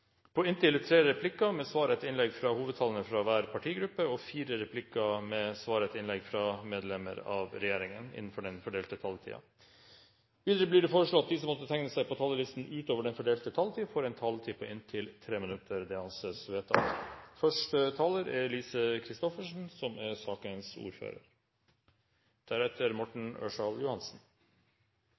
på inntil tre replikker med svar etter innlegg fra hovedtalerne fra hver partigruppe og fire replikker med svar etter innlegg fra medlem av regjeringen innenfor den fordelte taletid. Videre blir det foreslått at de som måtte tegne seg på talerlisten utover den fordelte taletid, får en taletid på inntil 3 minutter. – Det anses vedtatt.